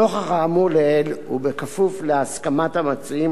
נוכח האמור לעיל ובכפוף להסכמת המציעים